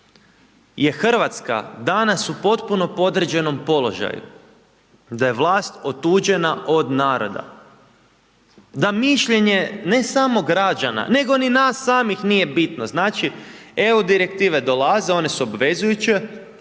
je RH danas u potpuno podređenom položaju, da je vlast otuđena od naroda, da mišljenje ne samo građana, nego ni sam samih nije bitno, znači, EU Direktive dolaze, one su obvezujuće,